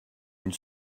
une